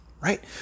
right